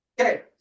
Okay